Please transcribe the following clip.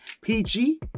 PG